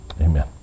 Amen